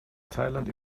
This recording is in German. thailand